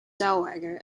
dowager